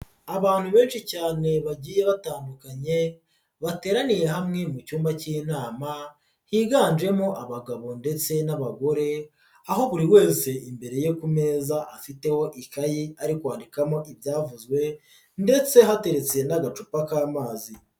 Abantu benshi cyane bagiye batandukanye bateraniye hamwe mu cyumba k'inama higanjemo abagabo ndetse n'abagore, aho buri wese imbere ye ku meza afiteho ikayi ari kwandikamo ibyavuzwe ndetse hateretswe n'agacupa k'amazi.